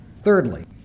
Thirdly